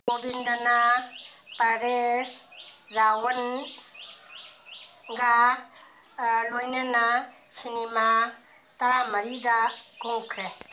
ꯒꯣꯕꯤꯟꯗꯅ ꯄꯦꯔꯦꯁ ꯔꯥꯋꯜꯒ ꯂꯣꯏꯅꯅ ꯁꯤꯅꯤꯃꯥ ꯇꯔꯥꯃꯔꯤꯗ ꯀꯨꯝꯈ꯭ꯔꯦ